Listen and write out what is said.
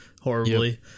horribly